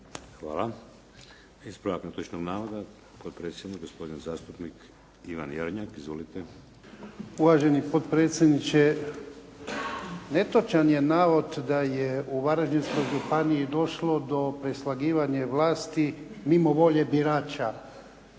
Hvala. Ispravak netočnog navoda, potpredsjednik i gospodin zastupnik Ivan Jarnjak. Izvolite. **Jarnjak, Ivan (HDZ)** Uvaženi potpredsjedniče, netočan je navod da je u Varaždinskoj županiji došlo do preslagivanja vlasti mimo volje birača.